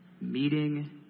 Meeting